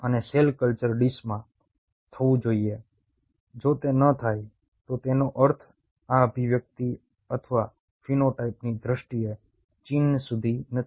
અને cell culture ડીશમાં થવું જોઈએ જો તે ન થાય તો તેનો અર્થ આ અભિવ્યક્તિ અથવા ફિનોટાઇપની દ્રષ્ટિએ ચિહ્ન સુધી નથી